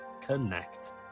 Connect